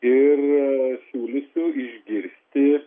ir siūlysiu išgirsti